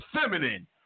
feminine